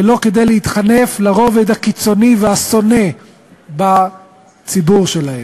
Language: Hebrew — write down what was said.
ולא כדי להתחנף לרובד הקיצוני והשונא בציבור שלהם.